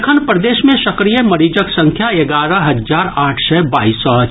एखन प्रदेश मे सक्रिय मरीजक संख्या एगारह हजार आठ सय बाईस अछि